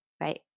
right